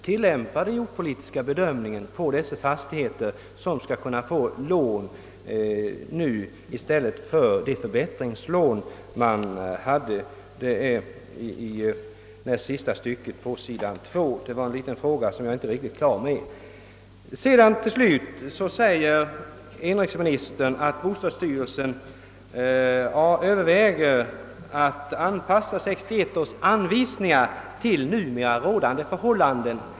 Tillämpar man den jordbrukspolitiska bedömningen på de fastigheter som nu skall kunna få lån i stället för de förbättringslån man tidigare hade? Inrikesministern säger i fortsättningen att bostadsstyrelsen överväger »att anpassa 1961 års anvisningar till numera rådande förhållanden».